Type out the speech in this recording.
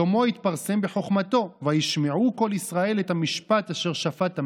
שלמה התפרסם בחוכמתו: "וישמעו כל ישראל את המשפט אשר שפט המלך,